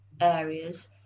areas